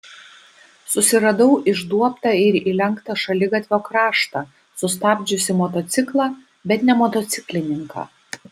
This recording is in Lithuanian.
susiradau išduobtą ir įlenktą šaligatvio kraštą sustabdžiusį motociklą bet ne motociklininką